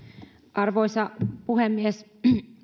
arvoisa puhemies